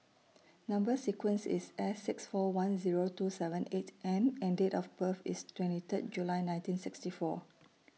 Number sequence IS S six four one Zero two seven eight M and Date of birth IS twenty Third July nineteen sixty four